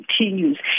continues